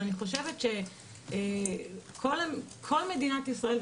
אני חושבת שכל מדינת ישראל,